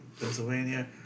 Pennsylvania